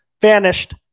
vanished